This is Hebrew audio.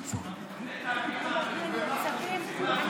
מילא להגיד שאני לא בסדר,